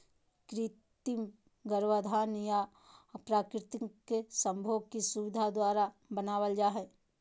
कृत्रिम गर्भाधान या प्राकृतिक संभोग की सुविधा द्वारा बनाबल जा हइ